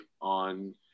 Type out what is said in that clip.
on